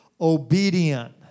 Obedient